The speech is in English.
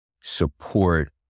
support